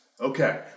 Okay